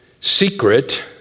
secret